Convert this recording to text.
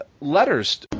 letters